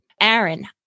Aaron